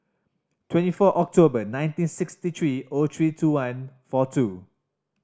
twenty four October nineteen sixty three O three two one four two